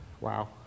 Wow